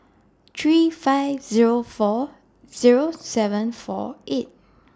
three five Zero four Zero seven four eight